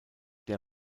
der